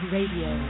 Radio